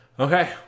Okay